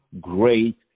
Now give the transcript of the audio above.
great